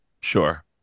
Sure